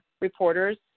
reporters